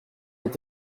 est